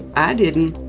i didn't.